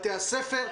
בתי הספר,